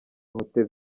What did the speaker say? hotel